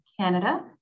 Canada